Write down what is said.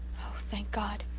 thank god,